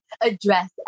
address